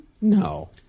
No